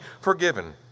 forgiven